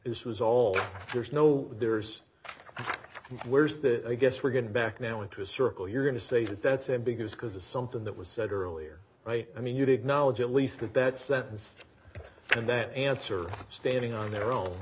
and is was all there's no there's where's that i guess we're getting back now into a circle you're going to say that that's ambiguous because it's something that was said earlier i mean you did knowledge at least that that sentence and that answer standing on their own